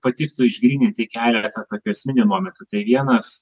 patiktų išgryninti keletą tokių esminių momentų tai vienas